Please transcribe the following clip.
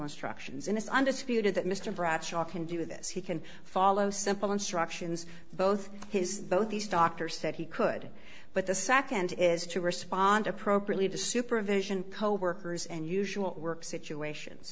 instructions in this undisputed that mr bradshaw can do this he can follow simple instructions both his both these doctors said he could but the second is to respond appropriately to supervision coworkers and usual work situations